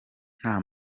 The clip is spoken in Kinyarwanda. nta